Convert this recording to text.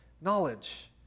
knowledge